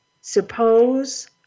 suppose